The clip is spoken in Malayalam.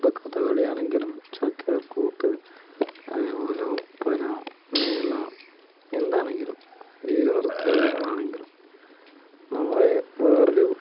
ഇപ്പോൾ കഥകളിയാണെങ്കിലും ചാക്യാർകൂത്ത് അതേപോലെ ഒപ്പന ഇങ്ങനെയുള്ള എന്താണെങ്കിലും ഏത് നൃത്ത രൂപങ്ങളാണെങ്കിലും നമ്മള് വേറൊരു